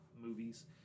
movies